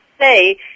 say